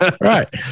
right